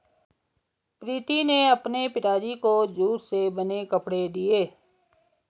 प्रीति ने अपने पिताजी को जूट से बने कपड़े दिए